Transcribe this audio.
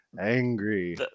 angry